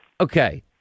Okay